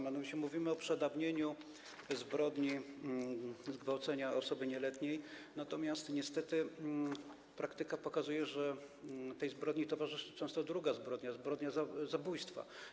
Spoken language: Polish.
Mianowicie mówimy o przedawnieniu zbrodni zgwałcenia osoby nieletniej, natomiast niestety praktyka pokazuje, że tej zbrodni towarzyszy często druga zbrodnia: zbrodnia zabójstwa.